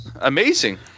amazing